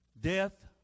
Death